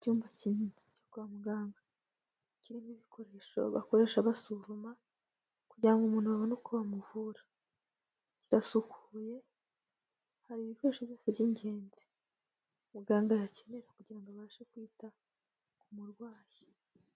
Icyumba kinini cyo kwa muganga kirimo ibikoresho bakoresha basuzuma, kugira ngo umuntu babone uko bamuvura. Kiraasukuye hari ibifashisho by'ingenzi muganga yakenera kugira ngo abashe kwita ku murwayi.